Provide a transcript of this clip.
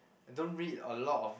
I don't read a lot of